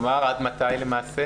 למעשה